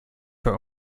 for